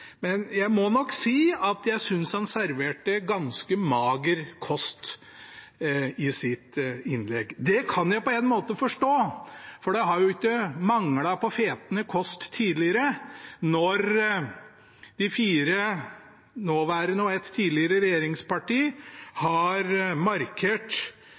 men jeg må nok si at jeg syns han serverte ganske mager kost i sitt innlegg. Det kan jeg på en måte forstå, for det har jo ikke manglet på fetende kost tidligere når de tre nåværende og et tidligere regjeringsparti i valgkamp har markert